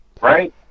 Right